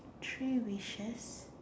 three wishes